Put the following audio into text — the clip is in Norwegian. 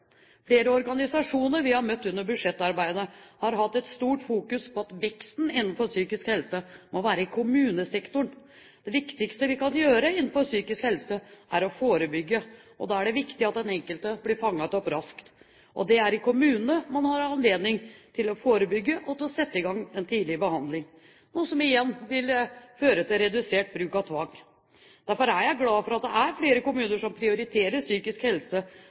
Flere organisasjoner vi har møtt under budsjettarbeidet, har hatt et stort fokus på at veksten i bevilgningene innenfor psykisk helse må være i kommunesektoren. Det viktigste vi kan gjøre innenfor psykisk helse, er å forebygge, og da er det viktig at den enkelte blir fanget opp raskt. Det er i kommunene man har anledning til å forebygge og til å sette i gang en tidlig behandling, noe som igjen vil føre til redusert bruk av tvang. Derfor er jeg glad for at det er flere kommuner som prioriterer psykisk helse,